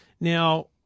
Now